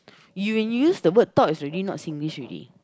you when you use the word thought is already not Singlish already